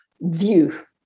view